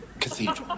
Cathedral